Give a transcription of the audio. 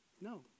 No